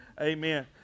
amen